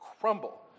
crumble